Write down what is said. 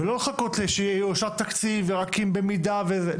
ולא לחכות שיאושר תקציב ורק אם במידה וזה,